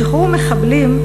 שחרור מחבלים,